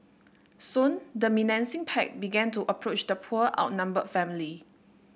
soon the menacing pack began to approach the poor outnumbered family